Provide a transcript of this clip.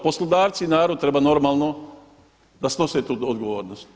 Poslodavci i narod treba normalno da snose tu odgovornost.